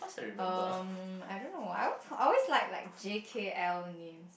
um I don't know I always I always like like J_K_L names